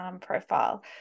profile